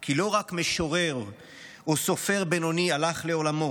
כי לא רק משורר או סופר בינוני הלך לעולמו,